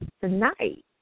tonight